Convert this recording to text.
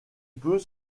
peut